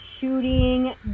shooting